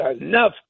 enough